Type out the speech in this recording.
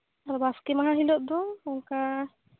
ᱵᱟᱥᱠᱮ ᱢᱟᱦᱟ ᱦᱤᱞᱳᱜ ᱫᱚ ᱚᱱᱠᱟ